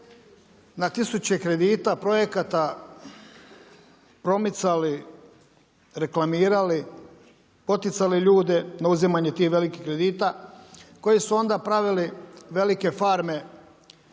na tisuće kredita projekata promicali, reklamirali, poticali ljude na uzimanje tih velikih kredita koji su onda pravili velike farme